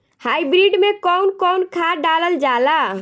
Hybrid में कउन कउन खाद डालल जाला?